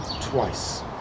twice